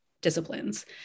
disciplines